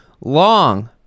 long